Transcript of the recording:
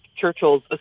Churchill's